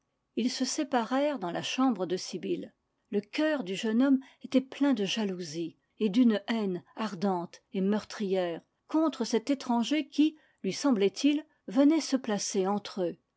ils se séparèrent dans la chambre de sibyl le cœur du jeune homme était plein de jalousie et d'une haine ardente et meurtrière contre cet étranger qui lui semblait-il venait se placer entre eux